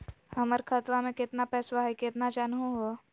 हमर खतवा मे केतना पैसवा हई, केना जानहु हो?